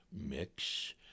mix